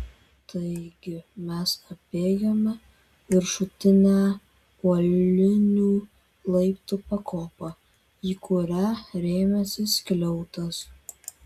taigi mes apėjome viršutinę uolinių laiptų pakopą į kurią rėmėsi skliautas